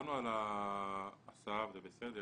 דיברנו על ההסעה וזה בסדר,